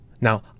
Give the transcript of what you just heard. Now